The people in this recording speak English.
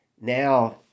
Now